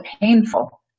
painful